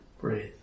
Breathe